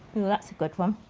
oh that's a good one.